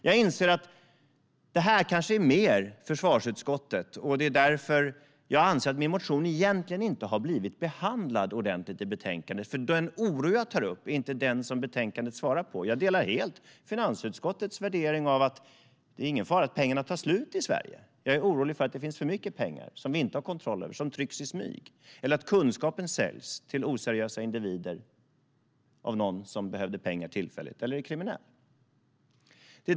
Jag inser att detta kanske mer hör hemma i försvarsutskottet och att det är därför min motion inte har blivit ordentligt behandlad i betänkandet. Den oro jag tar upp är inte den som betänkandet svarar på. Jag delar helt finansutskottets värdering att det inte är någon fara för att pengarna tar slut i Sverige. Jag är orolig för att det finns för mycket pengar som vi inte har kontroll över och som trycks i smyg eller att kunskapen säljs till oseriösa individer som behöver pengar tillfälligt eller är kriminella.